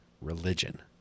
religion